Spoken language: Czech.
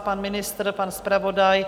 Pan ministr, pan zpravodaj?